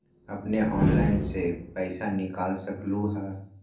अपने ऑनलाइन से पईसा निकाल सकलहु ह?